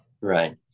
Right